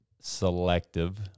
selective